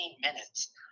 minutes